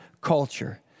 culture